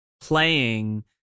playing